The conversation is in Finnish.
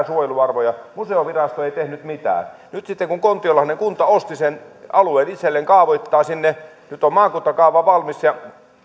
suojeluarvoja museovirasto ei tehnyt mitään nyt sitten kun kontiolahden kunta osti sen alueen itselleen ja kaavoittaa sinne nyt on maakuntakaava valmis ja